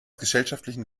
gesellschaftlichen